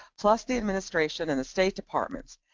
plus the administration in the state departments,